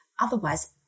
Otherwise